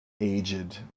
aged